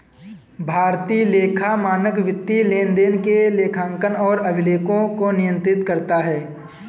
भारतीय लेखा मानक वित्तीय लेनदेन के लेखांकन और अभिलेखों को नियंत्रित करता है